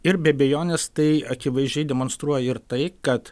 ir be abejonės tai akivaizdžiai demonstruoja ir tai kad